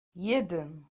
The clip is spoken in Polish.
jeden